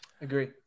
agree